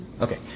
Okay